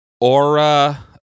aura